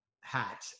hat